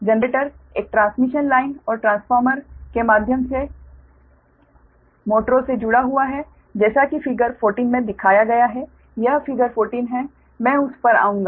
generator एक transmission line और transformer के माध्यम से मोटरों से जुड़ा हुआ है जैसा कि फिगर 14 में दिखाया गया है यह फिगर 14 है मैं उस पर आऊंगा